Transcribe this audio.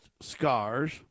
scars